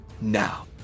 now